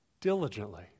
diligently